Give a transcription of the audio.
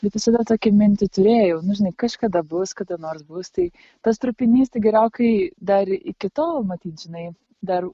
bet visada tokią mintį turėjau nu žinai kažkada bus kada nors bus tai tas trupinys tik gerokai dar iki tol matyt žinai dar